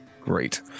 Great